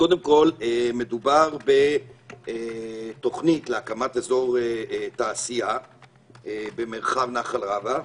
קודם כול מדובר בתוכנית להקמת אזור תעשייה במרחב נחל רבה,